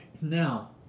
Now